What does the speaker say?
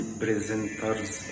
presenters